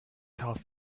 tough